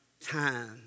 time